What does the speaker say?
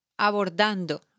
abordando